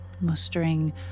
mustering